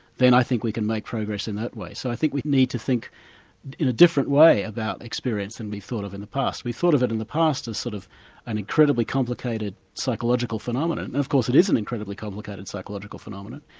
then i think we can make progress in that way. so i think we need to think in a different way about experience than we've thought of in the past. we thought of it in the past as sort of an incredibly complicated psychological phenomenon, and of course it is an incredibly complicated psychological phenomenon.